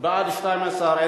מס' 52), התשע"ב 2012, נתקבל.